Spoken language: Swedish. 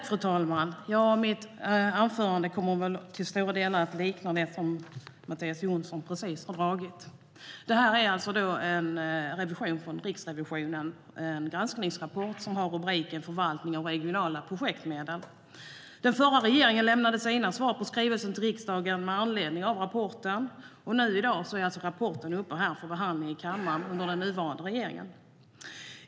Fru talman! Mitt anförande kommer till stora delar att likna det som Mattias Jonsson precis har föredragit. Riksrevisionen har överlämnat en granskningsrapport med rubriken "Förvaltning av regionala projektmedel". Den förra regeringen lämnade sina svar på skrivelsen till riksdagen med anledning av rapporten, och nu i dag är rapporten uppe för behandling här i kammaren under den nuvarande regeringen.